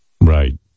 Right